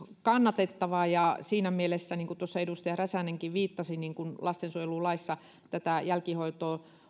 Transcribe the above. kannatettava ja siinä mielessä niin kuin tuossa edustaja räsänenkin viittasi että lastensuojelulaissa jälkihoidon